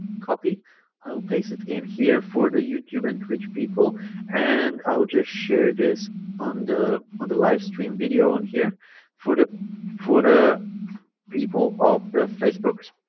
copy i will paste it in here for the youtube and rich people and i will just share this on the on the live stream video on here for the for the people of the facebooks